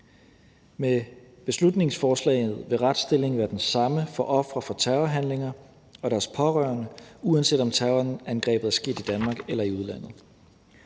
Med beslutningsforslaget vil retsstillingen være den samme for ofre for terrorhandlinger og deres pårørende, uanset om terrorangrebet er sket i Danmark eller i udlandet.